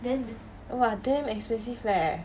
!wah! damn expensive leh